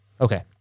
Okay